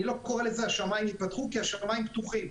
אני לא קורא לזה "השמיים ייפתחו" כי השמיים פתוחים.